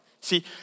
See